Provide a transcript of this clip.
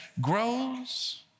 grows